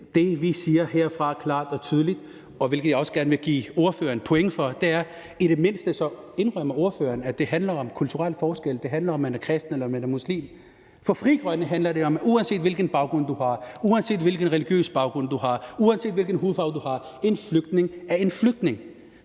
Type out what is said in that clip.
siger klart og tydeligt herfra – hvilket jeg også gerne vil give ordføreren point for – indrømmer han i det mindste, at det handler om kulturelle forskelle, at det handler om, om man er kristen eller man er muslim. For Frie Grønne handler det om, at uanset hvilken baggrund du har, uanset hvilken religiøs baggrund du har, uanset hvilken hudfarve du har, er en flygtning en flygtning.